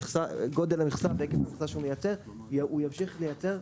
גודל המכסה והיקף המכסה שהוא מייצר הוא ימשיך לייצר אותה,